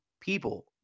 people